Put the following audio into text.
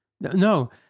No